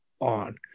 on